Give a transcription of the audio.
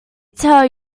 tell